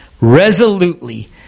resolutely